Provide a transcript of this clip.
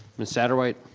miss satterwhite?